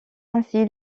ainsi